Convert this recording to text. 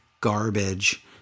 garbage